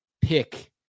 pick